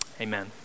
amen